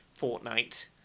Fortnite